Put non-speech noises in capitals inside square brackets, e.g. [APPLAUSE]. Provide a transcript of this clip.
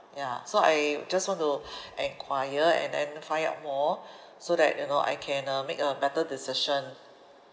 ya so I just want to [BREATH] enquire and then find out more so that you know I can uh make a better decision